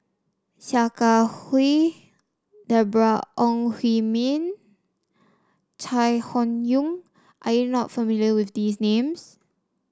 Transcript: Sia Kah Hui Deborah Ong Hui Min Chai Hon Yoong are You not familiar with these names